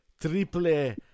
Triple